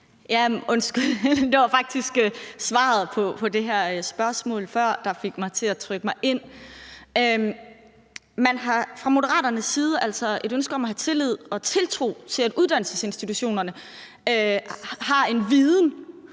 Robsøe (RV): Det var faktisk svaret på spørgsmålet før, der fik mig til at trykke mig ind. Man har altså fra Moderaternes side tillid og tiltro til, at uddannelsesinstitutionerne har en viden